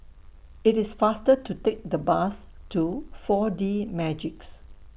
IT IS faster to Take The Bus to four D Magix